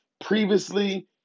previously